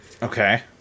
Okay